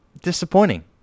disappointing